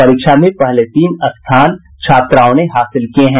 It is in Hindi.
परीक्षा में पहले तीन स्थान छात्राओं ने हासिल किए हैं